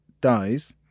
dies